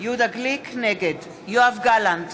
נגד יואב גלנט,